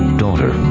daughter,